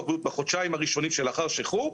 בריאות בחודשיים הראשונים לאחר השחרור,